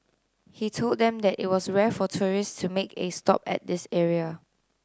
he told them that it was rare for tourists to make it stop at this area